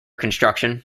construction